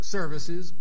services